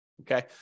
Okay